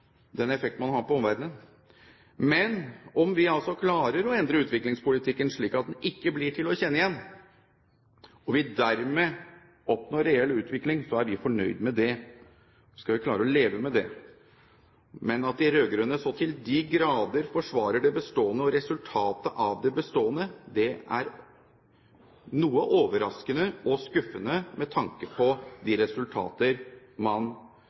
den effekten man har på omverdenen. Men om vi klarer å endre utviklingspolitikken, slik at den ikke blir til å kjenne igjen, og vi dermed oppnår reell utvikling, er vi fornøyd med det. Vi skal klare å leve med det. Men at de rød-grønne så til de grader forsvarer det bestående, og resultatet av det bestående, er noe overraskende og skuffende med tanke på de resultater man